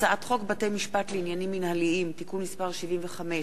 הצעת חוק בתי-משפט לעניינים מינהליים (תיקון מס' 75)